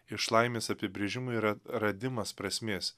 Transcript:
iš laimės apibrėžimų yra radimas prasmės